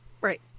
right